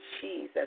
Jesus